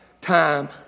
time